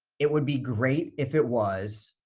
it would be great if it was,